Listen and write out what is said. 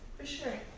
for sure.